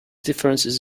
differences